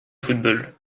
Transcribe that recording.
football